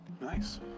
Nice